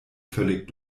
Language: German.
völlig